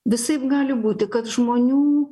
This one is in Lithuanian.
visaip gali būti kad žmonių